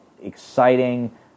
Exciting